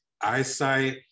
eyesight